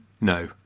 no